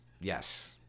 yes